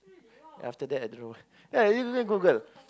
after that I think ya I really Google